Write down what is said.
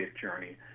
journey